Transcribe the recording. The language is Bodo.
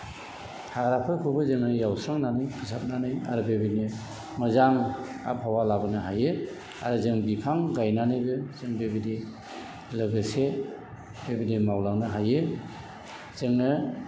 हाग्राफोरखौबो जोङो एवस्रांनानै फोसाबनानै आरो बेबायदिनो मोजां आबहावा लाबोनो हायो आरो जों बिफां गायनानैबो जों बेबायदि लोगोसे बेबायदि मावलांनो हायो जोङो